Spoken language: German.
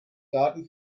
daten